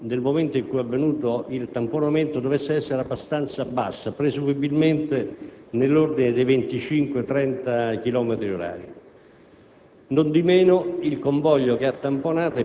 che comunque la velocità del treno nel momento in cui è avvenuto il tamponamento dovesse essere abbastanza bassa, presumibilmente nell'ordine di 25-30 chilometri